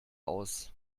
aus